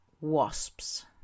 wasps